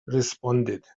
responded